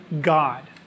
God